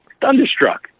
Thunderstruck